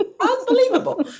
unbelievable